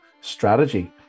strategy